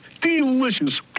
Delicious